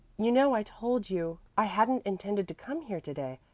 you know i told you i hadn't intended to come here to-day,